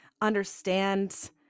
understand